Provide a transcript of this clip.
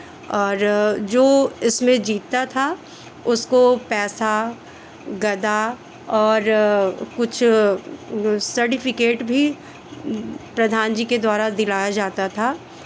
और जो इसमें जीतता था उसको पैसा गदा और कुछ सर्टिफ़िकेट भी प्रधान जी के द्वारा दिलाया जाता था